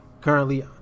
currently